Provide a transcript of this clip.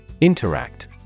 Interact